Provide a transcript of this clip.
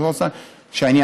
חבר הכנסת רוזנטל,